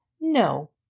No